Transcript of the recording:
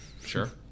sure